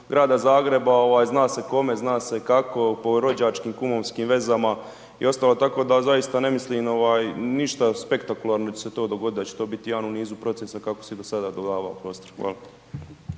Grada Zagreba, zna se kome, zna se kako, po rođačkim, kumovskim vezama i ostalo, tako da zaista ne mislim ništa spektakularno da će se to dogodit, da će to bit jedan u nizu procesa kako se i do sada dodavao prostor. Hvala.